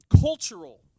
cultural